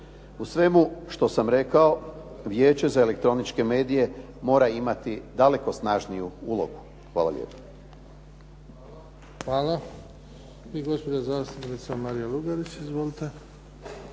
U svemu što sam rekao, Vijeće za elektroničke medije mora imati daleko snažniju ulogu. Hvala lijepa. **Bebić, Luka (HDZ)** Hvala. I gospođa zastupnica Marija Lugarić. Izvolite.